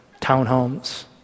townhomes